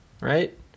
right